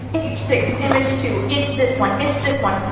page six, image two, it's this one, it's this one.